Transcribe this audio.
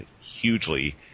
hugely